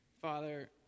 Father